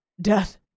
Death